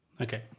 Okay